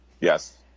Yes